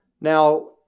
Now